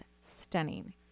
stunning